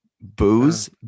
Booze